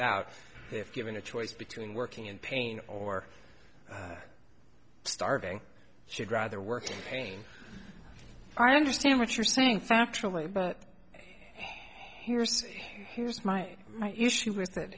out if given a choice between working in pain or starving she'd rather work in pain i understand what you're saying factually but here's here's my my issue w